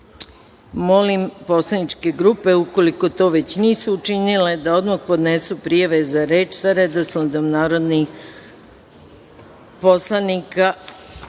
poslaničke grupe ukoliko to već nisu učinile da odmah podnesu prijave za reč sa redosledom narodnih poslanika. Saglasno